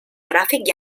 gràfic